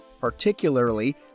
particularly